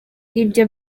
ibyo